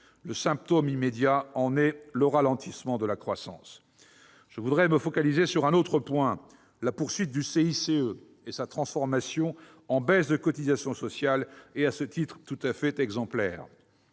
Le symptôme immédiat en est le ralentissement de la croissance. Je voudrais me focaliser sur un autre point : la poursuite du CICE et sa transformation en baisse de cotisations sociales sont, à ce titre, tout à fait exemplaires.